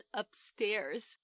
upstairs